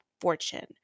fortune